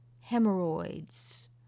hemorrhoids